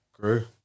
grew